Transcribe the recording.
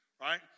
right